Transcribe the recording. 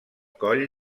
coll